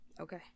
Okay